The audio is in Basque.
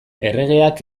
erregeak